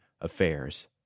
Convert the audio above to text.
affairs